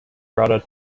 rudder